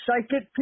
psychic